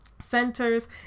centers